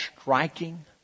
striking